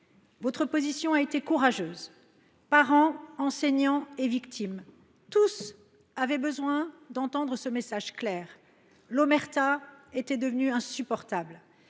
Votre position a été courageuse : parents, enseignants, victimes, tous avaient besoin d’entendre ce message clair. L’omerta était devenue insupportable.